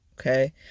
Okay